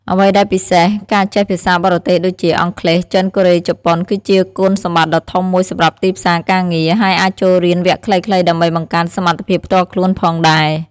អ្វីដែលពិសេស ការចេះភាសាបរទេស ដូចជា អង់គ្លេស ចិន កូរ៉េ ជប៉ុន គឺជាគុណសម្បត្តិដ៏ធំមួយសម្រាប់ទីផ្សារការងារ ហើយអាចចូលរៀនវគ្គខ្លីៗដើម្បីបង្កើនសមត្ថភាពផ្ទាល់ខ្លួនផងដែរ។